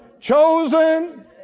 Chosen